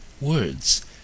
words